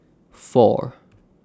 four